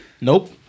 Nope